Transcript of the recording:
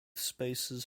spaces